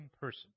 person